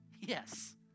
Yes